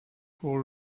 pour